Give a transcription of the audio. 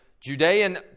Judean